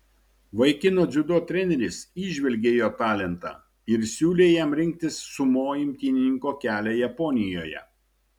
vaikino dziudo treneris įžvelgė jo talentą ir siūlė jam rinktis sumo imtynininko kelią japonijoje